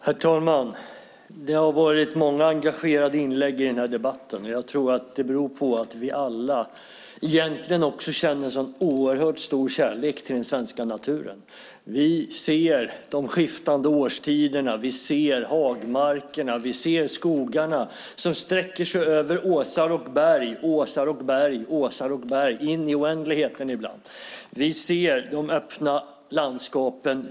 Herr talman! Det har varit många engagerade inlägg i den här debatten. Jag tror att det beror på att vi alla egentligen känner en oerhört stor kärlek till den svenska naturen. Vi ser de skiftande årstiderna. Vi ser hagmarkerna. Vi ser skogarna som sträcker sig över åsar och berg, åsar och berg, åsar och berg, ibland in i oändligheten. Vi ser de öppna landskapen.